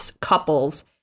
couples